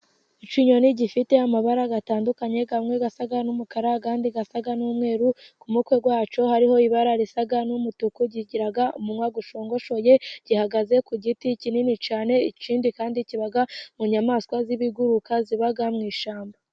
Ikinyoni gifite amabara atandukanye, amwe asa n'umukara, andi asa n'umweru. Ku mutwe wacyo, hariho ibara risa n’umutuku. Kigira umunwa usongoye, gihagaze ku giti kinini cyane. Ikindi kandi, kiba mu nyamaswa z'ibiguruka, ziba mu ishyamba.